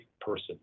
person